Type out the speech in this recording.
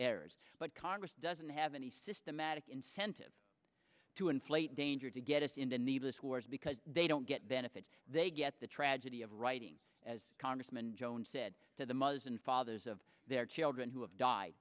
errors but congress doesn't have any systematic incentive to inflate danger to get us in the needless wars because they don't get benefits they get the tragedy of writing as congressman jones said to the mothers and fathers of their children who have died